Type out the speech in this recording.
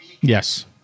Yes